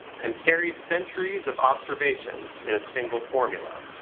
and carries centuries of observation in a single formula.